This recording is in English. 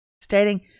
stating